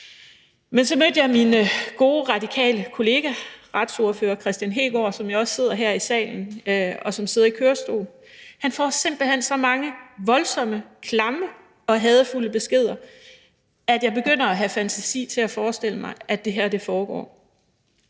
Men så mødte jeg min gode radikale kollega, retsordfører Kristian Hegaard, som jo også sidder her i salen, og som sidder i kørestol. Han får simpelt hen så mange voldsomme, klamme og hadefulde beskeder, at jeg begynder at have fantasi til at forestille mig, at det her foregår.